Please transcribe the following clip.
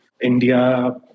India